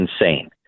insane